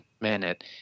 minute